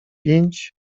pięć